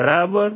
બરાબર